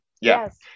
Yes